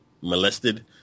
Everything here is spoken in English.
molested